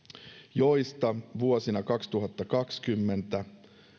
joista vuosina kaksituhattakaksikymmentä